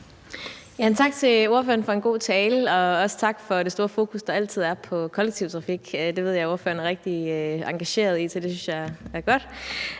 Tak til ordføreren for en god tale, og også tak for det store fokus, der altid er, på kollektiv trafik. Det ved jeg at ordføreren er rigtig engageret i, så det synes jeg er godt.